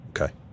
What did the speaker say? Okay